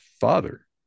father